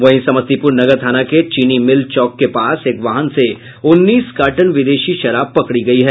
वहीं समस्तीपुर नगर थाना के चीनी मील चौक के पास एक वाहन से उन्नीस कार्टन विदेशी शराब पकड़ी गयी है